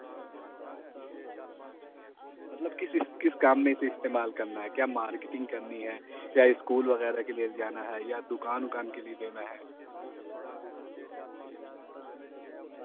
مطلب کسی کس کام میں اسے استعمال کرنا ہے کیا مارکیٹنگ کرنی ہے یا اسکول وغیرہ کے لیے جانا ہے یا دکان وکان کے لیے دینا ہے